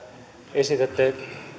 esitätte